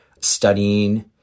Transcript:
studying